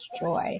joy